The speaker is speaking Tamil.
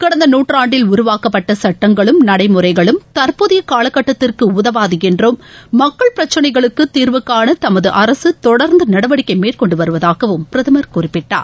கடந்த நூற்றாண்டில் உருவாக்கப்பட்ட சட்டங்களும் நடைமுறைகளும் தற்போதைய காலகட்டத்திற்கு உதவாது என்றும் மக்கள் பிரச்சனைகளுக்கு தீர்வு காண தமது அரசு தொடர்ந்து நடவடிக்கை மேற்கொண்டு வருவதாகவும் பிரதமர் குறிப்பிட்டார்